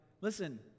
Listen